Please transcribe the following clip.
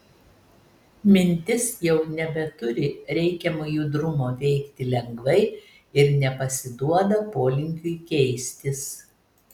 mintis jau nebeturi reikiamo judrumo veikti lengvai ir nepasiduoda polinkiui keistis